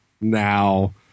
now